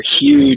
huge